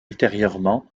ultérieurement